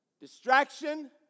Distraction